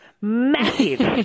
massive